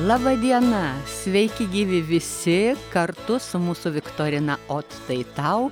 laba diena sveiki gyvi visi kartu su mūsų viktorina ot tai tau